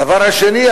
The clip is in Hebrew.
דבר שני,